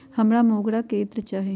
हमरा मोगरा के इत्र चाही